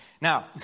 Now